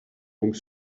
donc